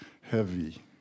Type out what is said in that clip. heavy